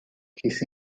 his